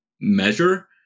measure